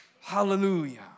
Hallelujah